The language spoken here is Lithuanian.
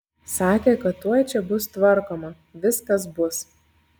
sakė kad tuoj čia bus tvarkoma viskas bus